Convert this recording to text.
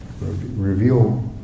reveal